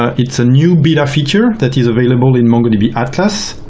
it's a new beta feature that is available in mongodb atlas.